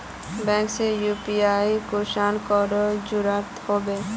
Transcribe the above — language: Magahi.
बैंक से यु.पी.आई कुंसम करे जुड़ो होबे बो?